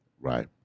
Right